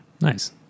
Nice